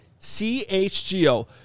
CHGO